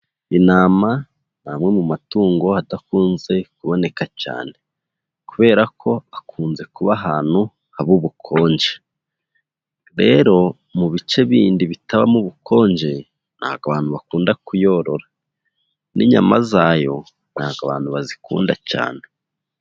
Intama ni amwe mu matungo adakunze kuboneka cyane, kubera ko akunze kuba ahantu haba ubukonje, rero mu bice bindi bitabamo ubukonje ntabwo abantu bakunda kuyorora n'inyama zayo ntabwo abantu bazikunda cyane.